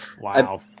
Wow